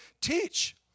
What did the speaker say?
teach